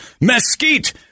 mesquite